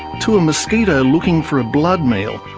to a mosquito looking for a blood meal,